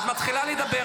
את לא מקשיבה,